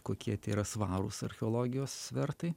kokie tie yra svarūs archeologijos svertai